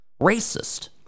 racist